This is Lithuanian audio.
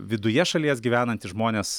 viduje šalies gyvenantys žmonės